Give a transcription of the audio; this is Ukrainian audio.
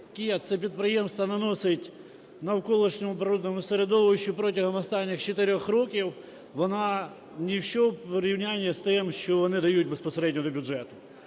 яку це підприємство наносить навколишньому природному середовищу протягом останніх 4 років, вона ніщо в порівнянні з тим, що вони дають безпосередньо до бюджету.